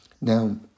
Now